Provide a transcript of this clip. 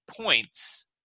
points